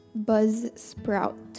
Buzzsprout